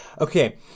Okay